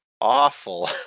awful